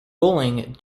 bowling